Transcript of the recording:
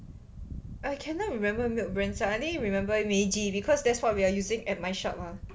I cannot remember milk brands I only remember Meiji because that's what we are using at my shop ah